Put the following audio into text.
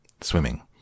Swimming